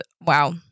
wow